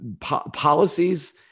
policies